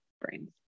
brains